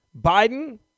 Biden